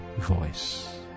voice